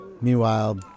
meanwhile